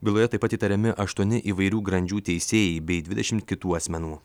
byloje taip pat įtariami aštuoni įvairių grandžių teisėjai bei dvidešimt kitų asmenų